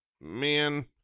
man